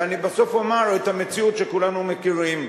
ובסוף אני אומר את המציאות שכולנו מכירים: